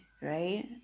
right